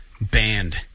banned